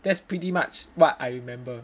that's pretty much what I remember